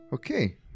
Okay